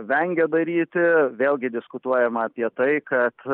vengia daryti vėlgi diskutuojama apie tai kad